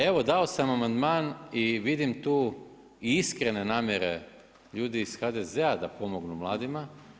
Evo dao sam vam amandman i vidim tu i iskrene namjere ljudi iz HDZ-a da pomognu mladima.